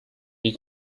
die